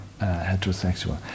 heterosexual